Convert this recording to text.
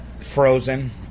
frozen